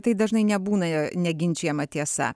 tai dažnai nebūna jo neginčijama tiesa